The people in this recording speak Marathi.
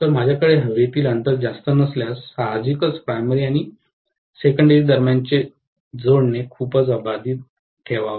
तर माझ्याकडे हवेतील अंतर जास्त नसल्यास साहजिकच प्राइमरी आणि सेकंडरी दरम्यानचे जोडणे खूपच अबाधित असावे